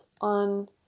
on